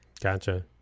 gotcha